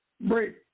break